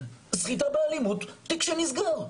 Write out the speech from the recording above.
סחיטה באלימות, תיק שנסגר.